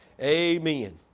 Amen